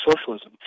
socialism